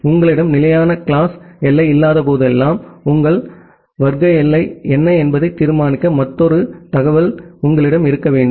உங்களிடம் நிலையான கிளாஸ் எல்லை இல்லாத போதெல்லாம் உங்கள் வர்க்க எல்லை என்ன என்பதை தீர்மானிக்க மற்றொரு தகவல் உங்களிடம் இருக்க வேண்டும்